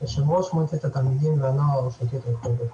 יושב-ראש מועצת התלמידים והנוער הרשותית ברחובות.